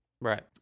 Right